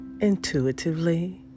intuitively